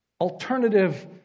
alternative